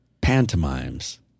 Pantomimes